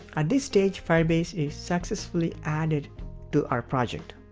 at this stage, firebase is successfully added to our project.